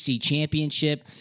championship